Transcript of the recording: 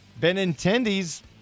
Benintendi's